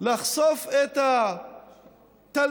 בלחשוף את התלמידים